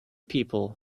people